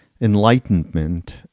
enlightenment